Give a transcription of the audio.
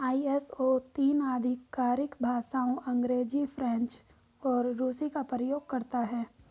ISO तीन आधिकारिक भाषाओं अंग्रेजी, फ्रेंच और रूसी का प्रयोग करता है